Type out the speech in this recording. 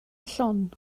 llon